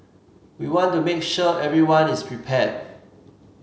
we want to make sure everyone is prepared